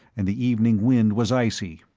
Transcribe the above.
and the evening wind was icy.